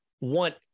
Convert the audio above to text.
want